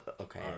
Okay